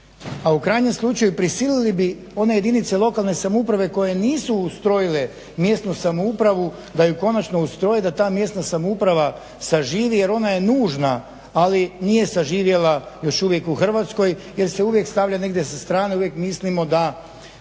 a u krajnjem slučaju prisilili bi one jedinice lokalne samouprave koje nisu ustrojile mjesnu samoupravu da ju konačno ustroje da ta mjesna samouprava saživi, jer ona je nužna, ali nije saživjela još uvijek u Hrvatskoj, jer se uvijek stavlja negdje sa strane, uvijek mislimo da